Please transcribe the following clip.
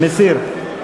מסיר.